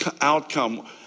outcome